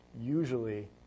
usually